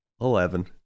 Eleven